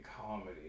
comedy